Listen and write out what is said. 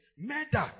murder